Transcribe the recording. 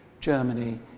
Germany